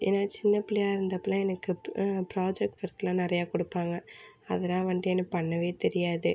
ஏன்னால் சின்ன பிள்ளையா இருந்தப்போலாம் எனக்கு ப்ராஜெக்ட் ஒர்க்லாம் நிறையா கொடுப்பாங்க அதலாம் வந்துட்டு எனக்கு பண்ணவே தெரியாது